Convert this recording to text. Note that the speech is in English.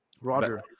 Roger